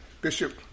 Bishop